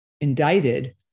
indicted